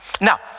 Now